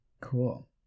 Cool